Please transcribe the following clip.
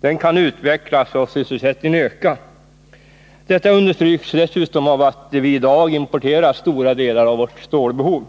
Den kan utvecklas, och sysselsättningen kan utökas. Detta understryks dessutom av att vi i dag importerar stora delar av det stål vi behöver.